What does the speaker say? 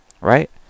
right